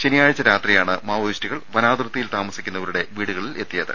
ശനിയാഴ്ച രാത്രി യാണ് മാവോയിസ്റ്റുകൾ വനാതിർത്തിയിൽ താമസിക്കു ന്നവരുടെ വീടുകളിലെത്തിയത്